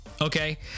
Okay